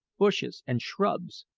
bushes, and shrubs,